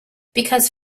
because